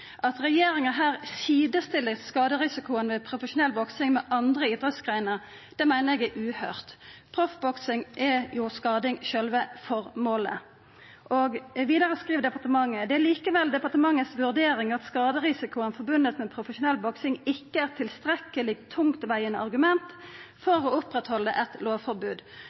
At regjeringa her sidestiller skaderisikoen ved profesjonell boksing med andre idrettsgreiner, meiner eg er uhøyrd. I proffboksing er jo skading sjølve formålet. Vidare skriv departementet: «Det er likevel departementets vurdering at skaderisikoen forbundet med profesjonell boksing ikke er et tilstrekkelig tungtveiende argument for å opprettholde